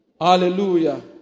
Hallelujah